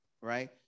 right